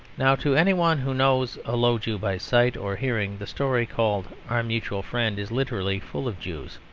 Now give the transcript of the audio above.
now to any one who knows a low jew by sight or hearing, the story called our mutual friend is literally full of jews.